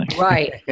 Right